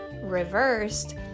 reversed